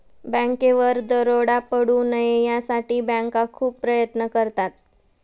बँकेवर दरोडा पडू नये यासाठी बँका खूप प्रयत्न करतात